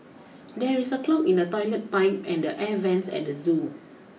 there is a clog in the toilet pipe and the air vents at the zoo